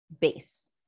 base